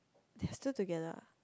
they're still together ah